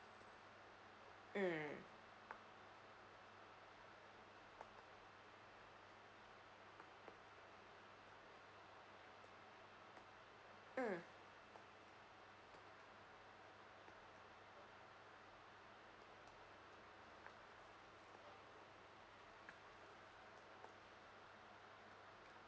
mm mm